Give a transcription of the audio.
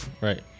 Right